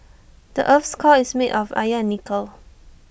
the Earth's core is made of iron and nickel